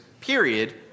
period